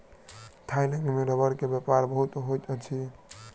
Thailand में रबड़ के व्यापार बहुत होइत अछि